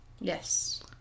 yes